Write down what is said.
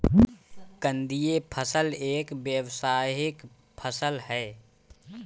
कंदीय फसल एक व्यावसायिक फसल है